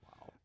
Wow